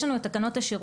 יש לנו את תקנות השירות,